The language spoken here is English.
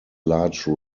large